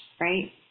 right